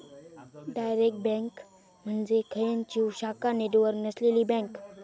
direct bank म्हणजे खंयचीव शाखा नेटवर्क नसलेली बँक